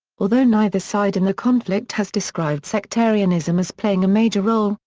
although neither side in the conflict has described sectarianism as playing a major role,